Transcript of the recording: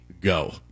go